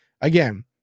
again